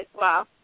wow